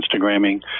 Instagramming